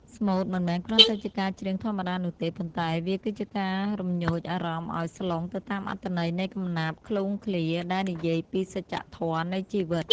ស្មូតមិនមែនគ្រាន់តែជាការច្រៀងធម្មតានោះទេ ប៉ុន្តែវាគឺជាការរំញោចអារម្មណ៍ឱ្យស្លុងទៅតាមអត្ថន័យនៃកំណាព្យឃ្លោងឃ្លាដែលនិយាយពីសច្ចធម៌នៃជីវិត។